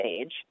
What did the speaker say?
age